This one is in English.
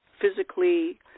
physically